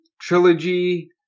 trilogy